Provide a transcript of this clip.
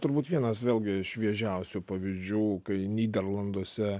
turbūt vienas vėlgi šviežiausių pavydžių kai nyderlanduose